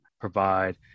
provide